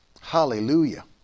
Hallelujah